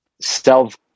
self